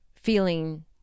feeling